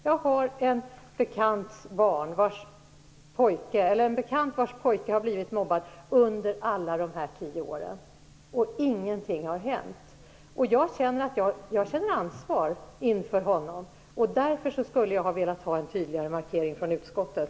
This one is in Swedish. Jag har en bekant vars pojke har blivit mobbad under alla dessa tio år, och ingenting har hänt. Jag känner ansvar inför honom. Därför skulle jag ha velat ha en tydligare markering från utskottet.